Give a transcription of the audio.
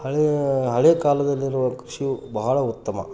ಹಳೆಯ ಹಳೆಯಕಾಲದಲ್ಲಿರುವ ಕೃಷಿಯು ಬಹಳ ಉತ್ತಮ